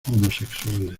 homosexuales